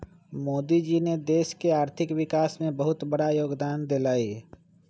मोदी जी ने देश के आर्थिक विकास में बहुत बड़ा योगदान देलय